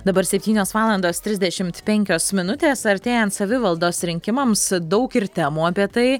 dabar septynios valandos trisdešimt penkios minutės artėjant savivaldos rinkimams daug ir temų apie tai